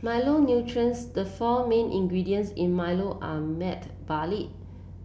Milo nutrients the four mean ingredients in Milo are malted barley